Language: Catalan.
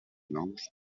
nous